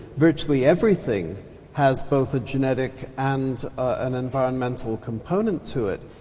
virtually everything has both a genetic and an environmental component to it.